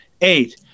Eight